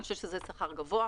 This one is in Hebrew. אני חושבת שזה שכר גבוה.